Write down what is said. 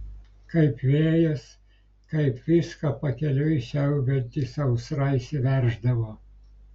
kaip vėjas kaip viską pakeliui siaubianti sausra įsiverždavo